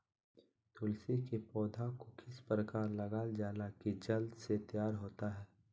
तुलसी के पौधा को किस प्रकार लगालजाला की जल्द से तैयार होता है?